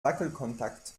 wackelkontakt